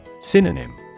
Synonym